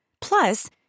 Plus